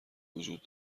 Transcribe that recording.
وجود